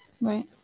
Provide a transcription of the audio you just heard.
Right